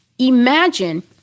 Imagine